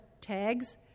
tags